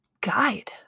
guide